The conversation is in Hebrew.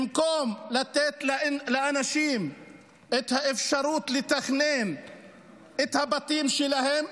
במקום לתת לאנשים את האפשרות לתכנן את הבתים שלהם,